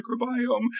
microbiome